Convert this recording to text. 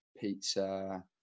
Pizza